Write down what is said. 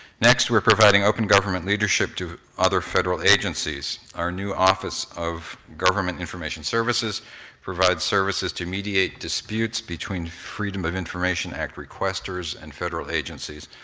next, we're providing open government leadership to other federal agencies. our new office of government information services provides services to mediate disputes between freedom of information act requesters and federal agencies,